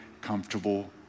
comfortable